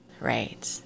Right